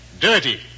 dirty